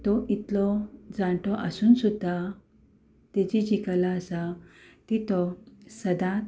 तो इतलो जाणटो आसून सुद्दां ताची जी कला आसा ती तो सदांच